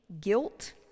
guilt